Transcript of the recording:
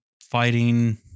fighting